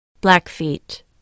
Blackfeet